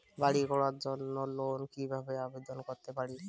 বাড়ি করার জন্য লোন কিভাবে আবেদন করতে পারি?